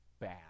bad